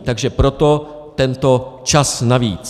Takže proto tento čas navíc.